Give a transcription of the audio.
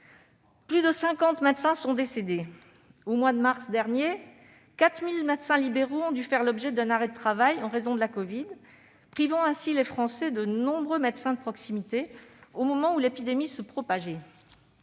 Plus de cinquante médecins sont décédés. Au mois de mars dernier, 4 000 médecins libéraux ont dû faire l'objet d'un arrêt de travail en raison de la covid, privant ainsi les Français de nombreux médecins de proximité au moment où l'épidémie se propageait.